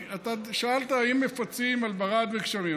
אתה שאלת אם מפצים על ברד וגשמים,